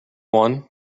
one